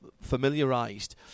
familiarised